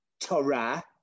Torah